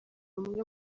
umwe